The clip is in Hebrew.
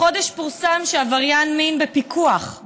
החודש פורסם שעבריין מין בפיקוח,